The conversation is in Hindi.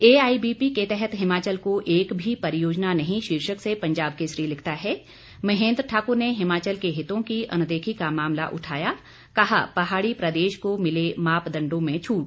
एआईबीपी के तहत हिमाचल को एक भी परियोजना नहीं शीर्षक से पंजाब केसरी लिखता है महेंद्र ठाकुर ने हिमाचल के हितों की अनदेखी का मामला उठाया कहा पहाड़ी प्रदेश को मिले मापदंडों में छूट